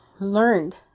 learned